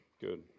good